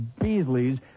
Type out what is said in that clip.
Beasleys